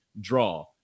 draw